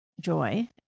joy